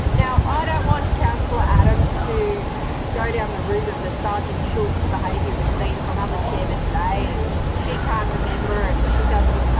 now, i ah don't want councillor adams to go down the route of the sergeant shultz behaviour we've seen from other chairmen today and she can't remember and she doesn't